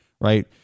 right